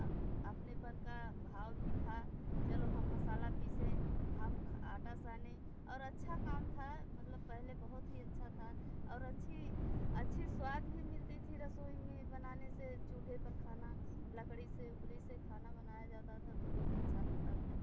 अब अपनेपन का भाव भी था चलो हम मसाला पीसें हम आटा साने और अच्छा काम था मतलब पहले बहुत ही अच्छा था और अच्छी अच्छी स्वाद भी मिलती थी रसोई में बनाने से चूल्हे पर खाना लकड़ी से वुकली से खाना बनाया जाता था तो बहुत अच्छा लगता था